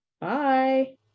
bye